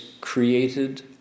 created